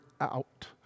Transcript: out